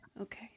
Okay